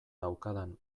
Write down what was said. daukadan